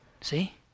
See